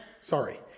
sorry